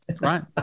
Right